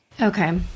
Okay